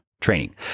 training